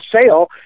sale